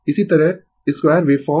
इसी तरह यह 2 वेव फॉर्म